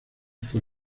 fue